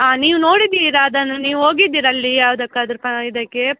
ಆಂ ನೀವು ನೋಡಿದ್ದೀರಾ ಅದನ್ನು ನೀವು ಹೋಗಿದ್ದೀರಾ ಅಲ್ಲಿ ಯಾವುದಕ್ಕಾದ್ರು ಪ ಇದಕ್ಕೆ